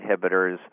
inhibitors